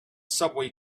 subway